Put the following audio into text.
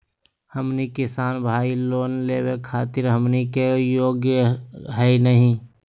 हमनी किसान भईल, लोन लेवे खातीर हमनी के योग्य हई नहीं?